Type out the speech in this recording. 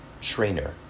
trainer